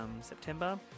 September